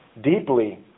deeply